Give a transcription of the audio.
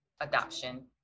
adoption